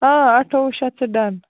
آ اَٹھووُہ شیٚتھ چھُ ڈَن